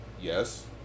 Yes